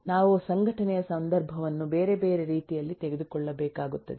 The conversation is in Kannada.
ನಾವು ಸಂಘಟನೆಯ ಸಂದರ್ಭವನ್ನು ಬೇರೆ ಬೇರೆ ರೀತಿಯಲ್ಲಿ ತೆಗೆದುಕೊಳ್ಳಬೇಕಾಗುತ್ತದೆ